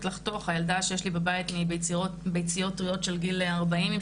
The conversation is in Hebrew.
ולמטה שיעורי הצלחה בלידות חי מביציות עצמוניות.